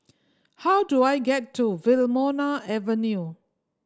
how do I get to Wilmonar Avenue